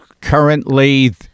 Currently